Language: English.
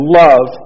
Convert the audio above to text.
love